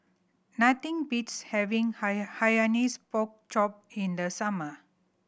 nothing beats having Hainanese Pork Chop in the summer